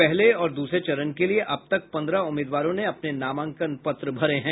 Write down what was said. पहले और दूसरे चरण के लिये अब तक पंद्रह उम्मीदवारों ने अपने नामांकन पत्र भरे हैं